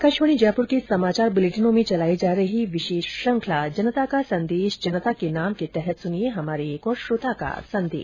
आकाशवाणी जयपुर के समाचार बुलेटिनों में चलाई जा रही विशेष श्रुखंला जनता का संदेश जनता के नाम के तहत सुनिये हमारे एक श्रोता का संदेश